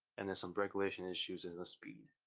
and there's some regulation issues and the speed.